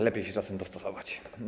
Lepiej się czasem dostosować.